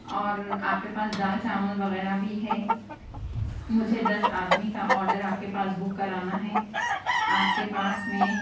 اور آپ کے پاس دال چاول وغیرہ بھی ہے مجھے دس آدمی کا آڈر آپ کے پاس بک کرانا ہے آپ کے پاس میں